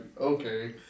okay